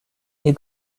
you